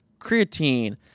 creatine